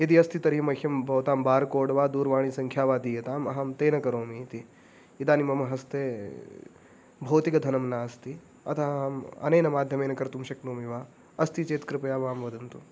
यदि अस्ति तर्हि मह्यं भवतां बार् कोड् वा दूरवाणीसंख्या वा दीयताम् अहं तेन करोमि इति इदानीं मम हस्ते भौतिकधनं नास्ति अतः अहम् अनेन माध्यमेन कर्तुं शक्नोमि वा अस्ति चेत् कृपया मां वदन्तु